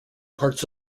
parts